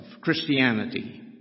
Christianity